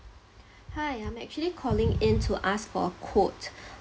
hi I'm actually calling in to ask for a quote